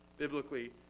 biblically